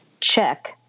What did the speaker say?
check